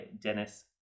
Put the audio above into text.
Dennis